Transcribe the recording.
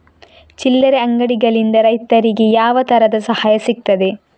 ಚಿಲ್ಲರೆ ಅಂಗಡಿಗಳಿಂದ ರೈತರಿಗೆ ಯಾವ ತರದ ಸಹಾಯ ಸಿಗ್ತದೆ?